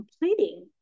completing